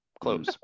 close